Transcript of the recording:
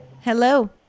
Hello